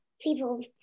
people